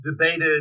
debated